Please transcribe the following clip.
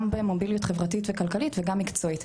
גם במוביליות חברתית וכלכלית וגם מקצועית,